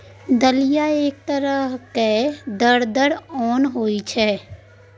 दलिया एक तरहक दरलल ओन होइ छै